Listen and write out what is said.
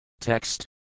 Text